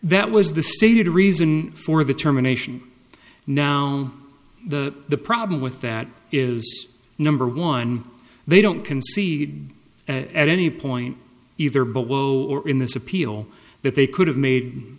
that was the stated reason for the terminations now the the problem with that is number one they don't concede at any point either but we're in this appeal that they could have made